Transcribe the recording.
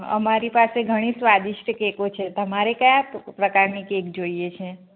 અમારી પાસે ઘણી સ્વાદીસ્ટ કેકો છે તમારે કયા પ્રકારની કેક જોઈએ છે